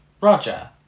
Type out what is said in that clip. Roger